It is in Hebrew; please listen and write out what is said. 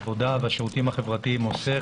העבודה והשירותים החברתיים עושה,